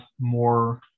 more